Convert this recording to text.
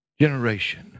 generation